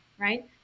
right